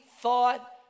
thought